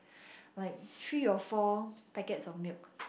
like three or four packets of milk